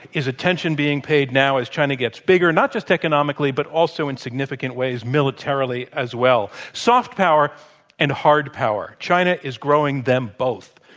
is attention being paid now as china gets bigger, not just economically, but also in significant ways militarily as well. soft power and hard power china is growing them both,